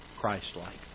Christ-like